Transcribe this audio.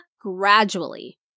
gradually